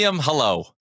hello